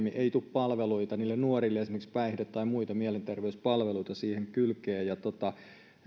palveluita niille nuorille esimerkiksi päihde tai mielenterveyspalveluita siihen kylkeen